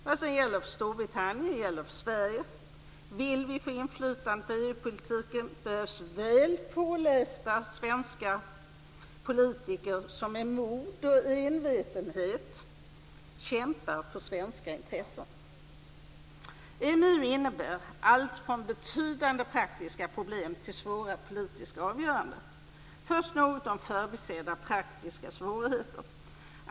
Vad som gäller för Storbritannien gäller för Sverige. Om vi vill få inflytande på EU-politiken, behövs det väl pålästa svenska politiker som med mod och envetenhet kämpar för svenska intressen. EMU innebär allt från betydande praktiska problem till svåra politiska avgöranden. Först skall jag säga något om förbisedda praktiska svårigheter.